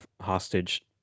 hostage